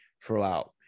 throughout